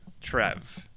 Trev